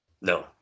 No